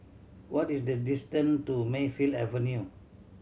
what is the distance to Mayfield Avenue